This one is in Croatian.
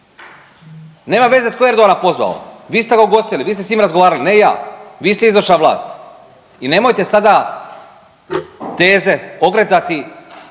Nema veze tko je Erdogana pozvao, vi ste ga ugostili, vi ste s njim razgovarali, ne ja, vi ste izvršna vlast i nemojte sada teze okretati